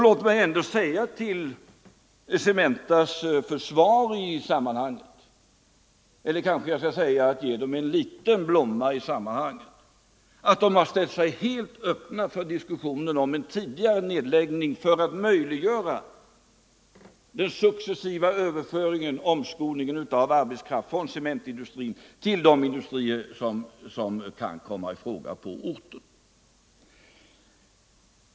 Låt mig i det sammanhanget ge Cementa en liten blomma: man har ställt sig helt öppen för diskussioner om en tidigare nedläggning för att möjliggöra den successiva överföringen och omskolningen av arbetskraft från cementindustrin till de industrier som kan komma i fråga på orten.